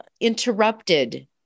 interrupted